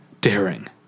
daring